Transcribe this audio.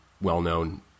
well-known